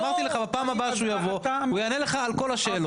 אמרתי לך שבפעם הבאה שהוא יבוא הוא יענה לך על כל השאלות.